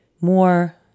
more